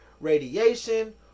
radiation